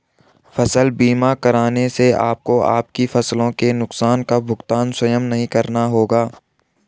फसल बीमा कराने से आपको आपकी फसलों के नुकसान का भुगतान स्वयं नहीं करना होगा